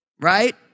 Right